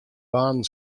banen